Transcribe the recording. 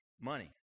money